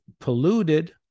polluted